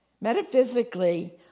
Metaphysically